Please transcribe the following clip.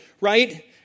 right